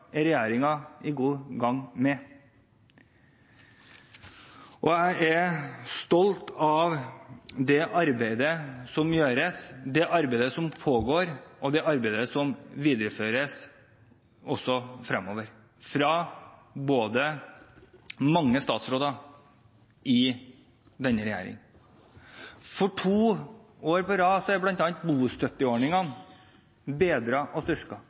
er regjeringen godt i gang med. Jeg er stolt av det arbeidet som gjøres, det arbeidet som pågår, og det arbeidet som framover videreføres av mange statsråder i denne regjeringen. For andre år på rad er bl.a. bostøtteordningene bedret og